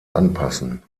anpassen